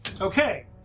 Okay